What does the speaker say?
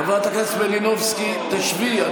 חברת הכנסת מלינובסקי, תשבי.